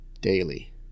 Daily